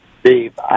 Steve